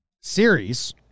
series